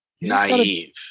naive